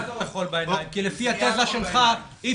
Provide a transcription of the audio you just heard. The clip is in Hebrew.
זה לא זריית חול בעיניים,